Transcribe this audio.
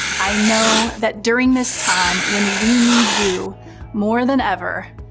i know that during this time, when we need you more than ever,